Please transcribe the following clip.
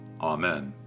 Amen